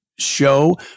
show